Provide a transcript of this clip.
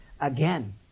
again